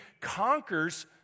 conquers